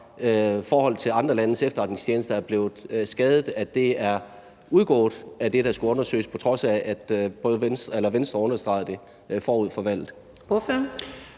forholdet til andre landes efterretningstjenester er blevet skadet, er udgået af det, der skulle undersøges, på trods af at Venstre understregede det forud for valget.